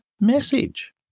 message